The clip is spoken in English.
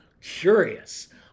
curious